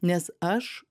nes aš